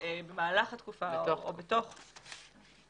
במהלך התקופה או בתוך התקופה.